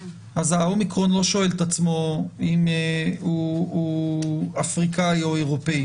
אז האומיקרון לא שואל את עצמו אם הוא אפריקאי או אירופאי.